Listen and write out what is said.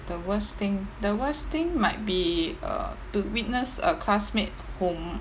the worst thing the worst thing might be uh to witness a classmate whom